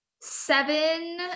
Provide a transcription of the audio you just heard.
seven